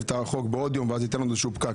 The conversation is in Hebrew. את החוק בעוד יום ואז ייווצר איזה שהוא פקק,